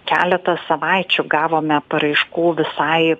keletą savaičių gavome paraiškų visai